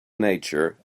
nature